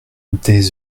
des